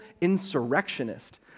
insurrectionist